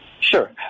Sure